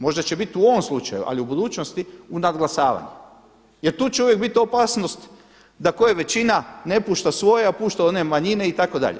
Možda će bit u ovom slučaju, ali u budućnosti u nadglasavanje, jer tu će uvijek bit opasnost da tko je većina ne pušta svoje, a pušta one manjine itd.